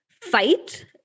fight